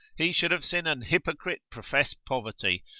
he should have seen an hypocrite profess poverty,